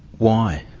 why?